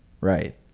Right